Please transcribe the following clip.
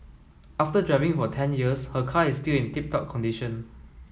after driving for ten years her car is still in tip top condition